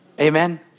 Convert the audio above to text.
Amen